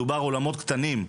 מדובר על אולמות קטנים.